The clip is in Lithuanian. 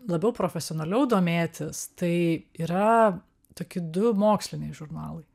labiau profesionaliau domėtis tai yra toki du moksliniai žurnalai